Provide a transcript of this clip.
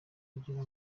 kugira